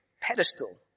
pedestal